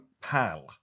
Pal